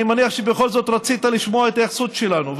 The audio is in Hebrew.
אני מניח שבכל זאת רצית לשמוע התייחסות שלנו,